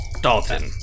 Dalton